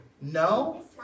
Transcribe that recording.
No